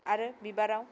आरो बिबाराव